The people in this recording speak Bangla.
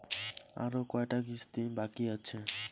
আরো কয়টা কিস্তি বাকি আছে?